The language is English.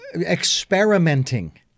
experimenting